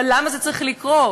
אבל למה זה צריך לקרות?